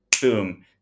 boom